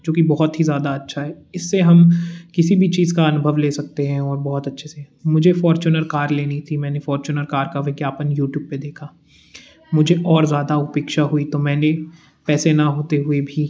जो कि बहुत ही ज़्यादा अच्छा है इससे हम किसी भी चीज़ का अनुभव ले सकते हैं और बहुत अच्छे से मुझे फोर्चुनर कार लेनी थी मैंने फाेर्चुनर कार का विज्ञापन यूटूब पर देखा मुझे और ज़्यादा अपेक्षा हुई तो मैंने पैसे ना होते हुए भी